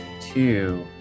two